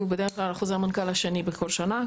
הוא בדרך כלל החוזר מנכ"ל השני בכל שנה,